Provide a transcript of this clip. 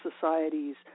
societies